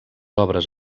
obres